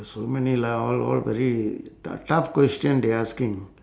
so many lah all all very to~ tough question they asking